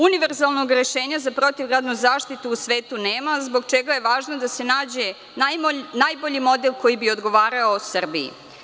Univerzalnog rešenja za protivgradnu zaštitu u svetu nema, zbog čega je važno da se nađe najbolji model koji bi odgovarao Srbiji.